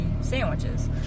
sandwiches